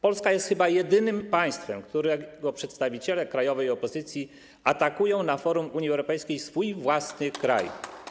Polska jest chyba jedynym państwem, którego przedstawiciele krajowej opozycji atakują na forum Unii Europejskiej swój własny kraj.